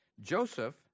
Joseph